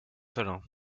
salins